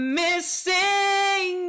missing